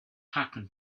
happen